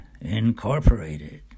Incorporated